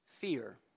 Fear